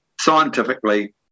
scientifically